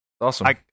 Awesome